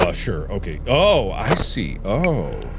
but sure, ok oh, i see. oh,